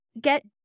get